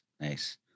Nice